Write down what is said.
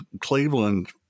cleveland